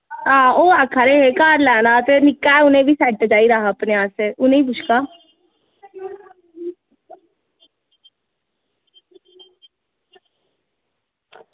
आं ओह् आक्खा दे हे घर लैना ते उनें बी सैट चाहिदा ते उनेंगी पुच्छो आं